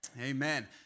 amen